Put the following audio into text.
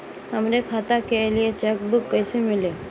हमरी खाता के लिए चेकबुक कईसे मिली?